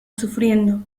sufriendo